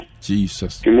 Jesus